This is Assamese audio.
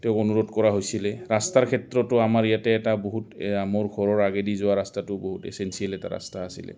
তেওঁক অনুৰোধ কৰা হৈছিলে ৰাস্তাৰ ক্ষেত্ৰতো আমাৰ ইয়াতে এটা বহুত অ মোৰ ঘৰৰ আগেদি যোৱা ৰাস্তাটো বহুত এছেঞ্চিয়েল এটা ৰাস্তা আছিলে